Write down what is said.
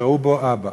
שראו בו אבא.